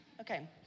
Okay